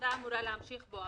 שהוועדה אמורה להמשיך אתו.